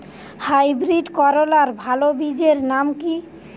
Hybrid করলার ভালো বীজের নাম কি?